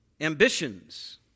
ambitions